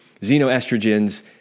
xenoestrogens